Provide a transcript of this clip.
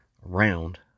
round